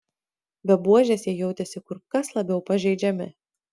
be buožės jie jautėsi kur kas labiau pažeidžiami